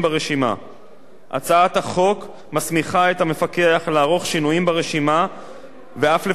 הצעת החוק מסמיכה את המפקח לערוך שינויים ברשימה ואף לפרסם רשימה נוספת.